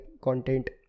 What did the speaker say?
content